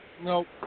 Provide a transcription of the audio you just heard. Nope